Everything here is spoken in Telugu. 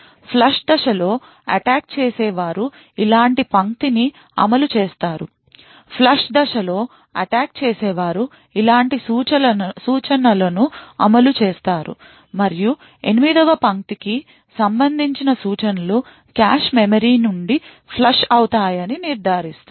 ఫ్లష్ దశలో అటాక్ చేసే వారు ఇలాంటి పంక్తిని అమలు చేస్తారు ఫ్లష్ దశలో అటాక్ చేసే వారు ఇలాంటి సూచన లను అమలు చేస్తారు మరియు 8 వ పంక్తికి సంబంధించిన సూచనలు కాష్ మెమరీని నుండి ఫ్లష్ అవుతాయని నిర్ధారిస్తుంది